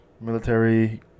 military